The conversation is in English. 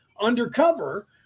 undercover